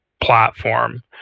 platform